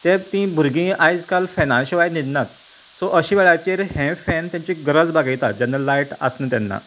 ते तीं भुरगीं आयज काल फेना शिवाय न्हिदनात सो अशीं वेळाचेर हें फेन तेंचे गरज भागयता जेन्ना लायट आसना तेन्ना